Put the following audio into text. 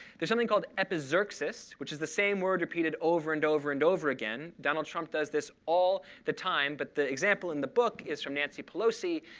there's something called epizeuxis, which is the same word repeated over and over and over again. donald trump does this all the time, but the example in the book is from nancy pelosi.